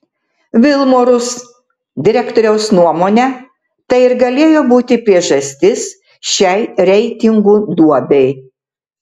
vilmorus direktoriaus nuomone tai ir galėjo būti priežastis šiai reitingų duobei